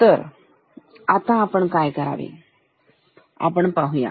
तर आता आपण काय करायचे आपण पाहूया